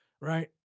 right